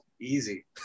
Easy